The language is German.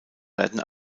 werden